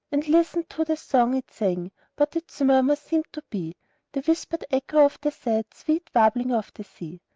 and listened to the song it sang but its murmurs seemed to be the whispered echo of the sad, sweet warbling of the sea.